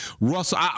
Russell